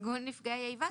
מארגון נפגעי האיבה,